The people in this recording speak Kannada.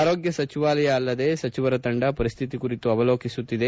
ಆರೋಗ್ಯ ಸಚಿವಾಲಯ ಅಲ್ಲದೆ ಸಚಿವರ ತಂಡ ಪರಿಸ್ಥಿತಿ ಕುರಿತು ಅವಲೋಕಿಸುತ್ತಿದೆ